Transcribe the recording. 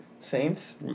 Saints